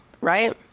right